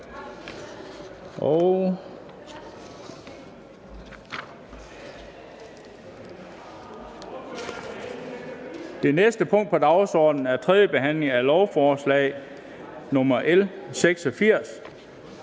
Det næste punkt på dagsordenen er: 6) 2. behandling af lovforslag nr.